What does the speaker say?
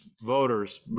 voters